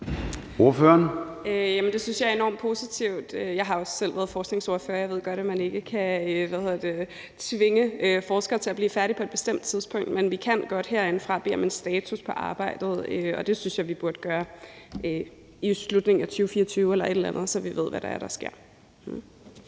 Det synes jeg er enormt positivt. Jeg har også selv været forskningsordfører, og jeg ved godt, at man ikke kan tvinge forskere til at blive færdige på et bestemt tidspunkt. Men vi kan godt herindefra bede om en status på arbejdet, og det synes jeg vi burde gøre i slutningen af 2024 eller deromkring, så vi ved, hvad det er, der sker.